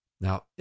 Now